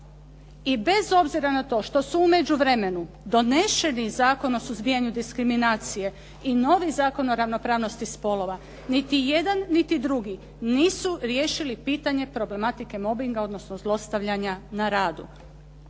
I bez obzira na to što su u međuvremenu doneseni Zakon o suzbijanju diskriminacije i novi Zakon o ravnopravnosti spolova, niti jedan niti drugi nisu riješili pitanje problematike mobinga odnosno zlostavljanja na radu.